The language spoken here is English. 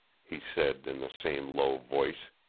he said in the same low voice.